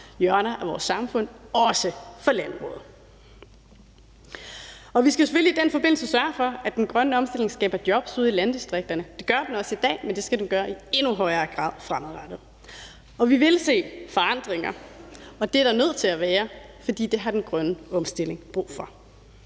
hjørner af vores samfund, også for landbruget. Kl. 12:55 Vi skal selvfølgelig i den forbindelse sørge for, at den grønne omstilling skaber jobs ude i landdstrikterne. Det gør den også i dag, men det skal den gøre i endnu højere grad fremadrettet. Vi vil se forandringer, og det er der nødt til at være, for det har den grønne opstilling brug for.